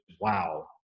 wow